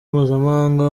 mpuzamahanga